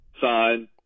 sign